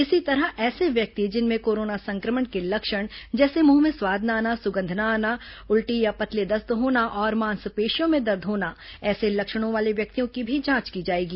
इसी तरह ऐसे व्यक्ति जिनमें कोरोना संक्रमण के लक्षण जैसे मुंह में स्वाद न आना सुगंध न आना उल्टी या पतले दस्त होना और मांसपेशियों में दर्द होना ऐसे लक्षणों वाले व्यक्तियों की भी जांच की जाएगी